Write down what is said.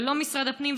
ללא משרד הפנים,